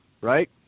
right